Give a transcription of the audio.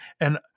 and-